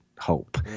hope